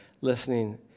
listening